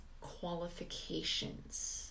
qualifications